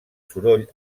soroll